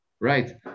right